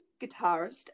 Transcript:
guitarist